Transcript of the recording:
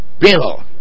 bill